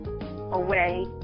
away